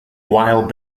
while